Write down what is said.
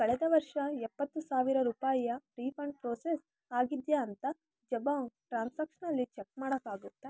ಕಳೆದ ವರ್ಷ ಎಪ್ಪತ್ತು ಸಾವಿರ ರೂಪಾಯಿಯ ರೀಫಂಡ್ ಪ್ರೋಸೆಸ್ ಆಗಿದೆಯೇ ಅಂತ ಜಬೊಂಗ್ ಟ್ರಾನ್ಸಾಕ್ಷನಲ್ಲಿ ಚಕ್ ಮಾಡೋಕ್ಕಾಗುತ್ತಾ